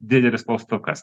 didelis klaustukas